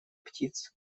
птиц